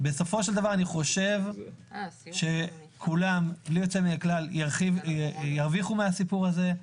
בסופו של דבר כולם בלי יוצא מן הכלל ירוויחו מהסיפור הזה.